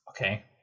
Okay